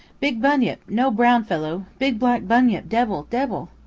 big bunyip no brown fellow big black bunyip debble, debble!